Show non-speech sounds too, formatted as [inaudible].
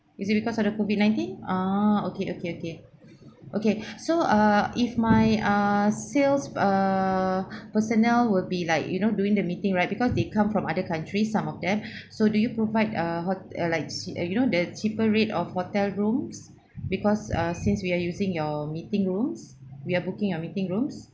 is it because of the COVID nineteen ah okay okay okay okay [breath] so err if my ah sales err personnel will be like you know during the meeting right because they come from other countries some of them [breath] so do you provide uh ho~ uh like ch~ you know that cheaper rate of hotel rooms because uh since we are using your meeting rooms we are booking your meeting rooms